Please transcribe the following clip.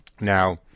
Now